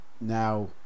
now